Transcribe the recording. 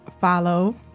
follow